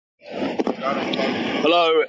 Hello